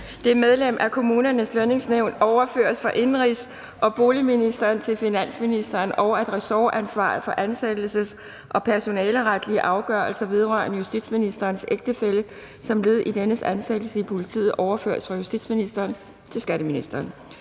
der udpeges af indenrigs- og boligministeren, overføres fra indenrigs- og boligministeren til finansministeren, og om, at ressortansvaret for ansættelses- og personaleretlige afgørelser vedrørende justitsministerens ægtefælle som led i dennes ansættelse i politiet overføres fra justitsministeren til skatteministeren.